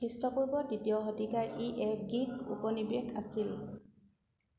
খ্ৰীষ্টপূৰ্ব তৃতীয় শতিকাৰ ই এক গ্ৰীক উপনিৱেশ আছিল